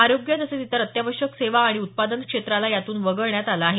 आरोग्य तसंच इतर अत्यावश्यक सेवा आणि उत्पादन क्षेत्राला यातून वगळण्यात आलं आहे